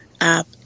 app